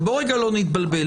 אבל בואו לא נתבלבל.